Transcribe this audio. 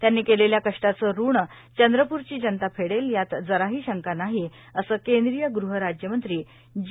त्यांनी केलेल्या कष्टाचे ऋण चंद्रपूरची जनता फेडेल यात जराही शंका नाही असं केंद्रीय गृहराज्यमंत्री जी